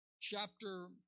chapter